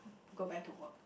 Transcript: go back to work